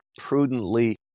prudently